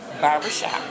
Barbershop